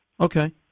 okay